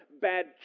bad